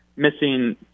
missing